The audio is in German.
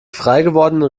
freigewordenen